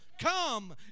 Come